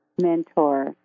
mentor